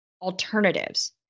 alternatives